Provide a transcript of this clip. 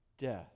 death